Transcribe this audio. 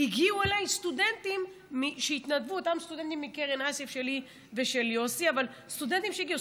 הגיעו אליי סטודנטים שלי ושל יוסי מקרן אייסף שהתנדבו.